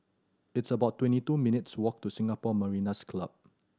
it's about twenty two minutes' walk to Singapore Mariners' Club